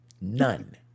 None